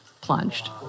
plunged